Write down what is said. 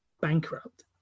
bankrupt